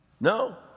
No